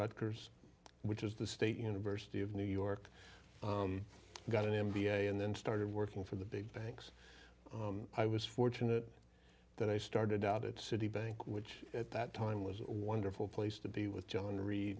rutgers which is the state university of new york got an m b a and then started working for the big banks i was fortunate that i started out at citibank which at that time was a wonderful place to be with john reid